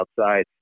outside